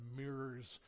mirrors